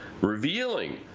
revealing